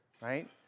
right